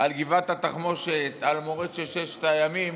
על גבעת התחמושת, על מורשת ששת הימים,